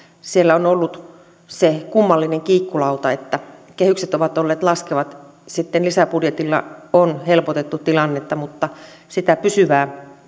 siellä on ollut se kummallinen kiikkulauta että kehykset ovat olleet laskevat sitten lisäbudjetilla on helpotettu tilannetta mutta sitä pysyvää